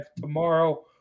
tomorrow